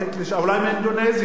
אולי מאינדונזיה.